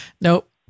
Nope